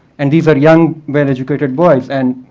and these are young, well-educated boys. and